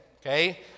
Okay